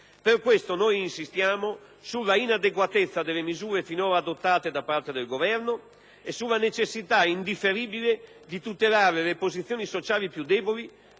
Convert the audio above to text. Per queste ragioni insistiamo sulla inadeguatezza delle misure finora adottate da parte del Governo e sulla necessità indifferibile di tutelare le posizioni sociali più deboli,